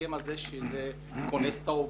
ההסכם הנזכר שקונס את העובדים,